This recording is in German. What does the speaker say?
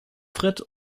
frites